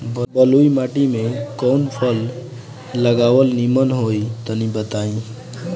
बलुई माटी में कउन फल लगावल निमन होई तनि बताई?